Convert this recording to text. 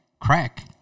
crack